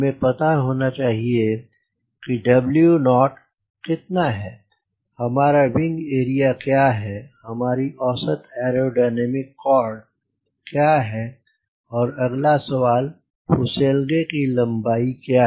हमें पता होना चाहिए W naught कितना है हमारा विंग एरिया क्या है हमारी औसत एयरोडायनामिक कॉर्ड क्या है और अगला सवाल फुसेलगे की लम्बाई क्या है